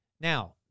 Now